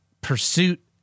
Pursuit